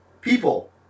People